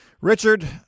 Richard